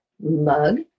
mug